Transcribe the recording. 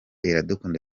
iradukunda